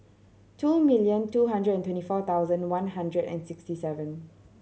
two million two hundred and twenty four thousand one hundred and sixty seven